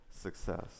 success